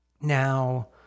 Now